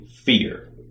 fear